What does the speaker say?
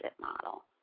model